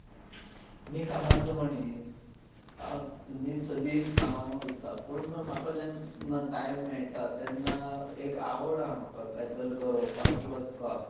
मी कामाचो मनीस मी सदीत कामांक वता पूण म्हाका जेन्ना टायम मेळटा तेन्ना एक आवड आसा म्हाका काय तर गरोवपाक बी वचपाक